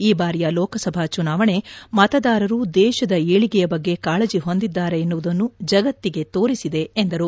ಈ ಬಾರಿಯ ಲೋಕಸಭಾ ಚುನಾವಣೆ ಮತದಾರರು ದೇಶದ ಏಳಿಗೆಯ ಬಗ್ಗೆ ಕಾಳಜಿ ಹೊಂದಿದ್ದಾರೆ ಎನ್ನುವುದನ್ನು ಜಗತ್ತಿಗೆ ತೋರಿಸಿದೆ ಎಂದರು